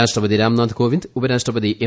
രാഷ്ട്രപതി രാംനാഥ് കോവിന്ദ് ഉപരാഷ്ട്രപതി എം